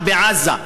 בעזה.